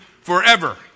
forever